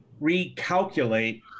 recalculate